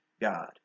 God